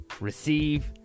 receive